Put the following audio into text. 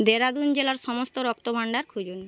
দেরাদুন জেলার সমস্ত রক্তভাণ্ডার খুঁজুন